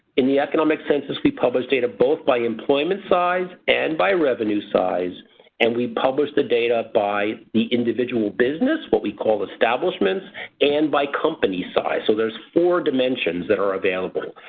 in the economic census we publish data both by employment size and by revenue size and we publish the data by the individual business, what we call establishments and by company size. so there's four dimensions that are available.